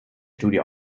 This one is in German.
studie